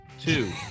Two